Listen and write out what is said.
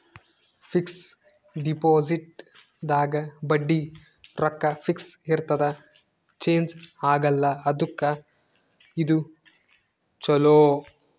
fix deposit ದಾಗ ಬಡ್ಡಿ ರೊಕ್ಕ ಫಿಕ್ಸ್ ಇರ್ತದ ಚೇಂಜ್ ಆಗಲ್ಲ ಅದುಕ್ಕ ಇದು ಚೊಲೊ